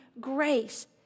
grace